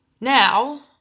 Now